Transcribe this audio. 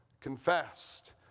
confessed